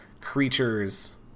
creatures